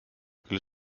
küll